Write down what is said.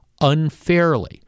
unfairly